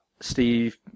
Steve